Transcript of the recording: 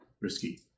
risky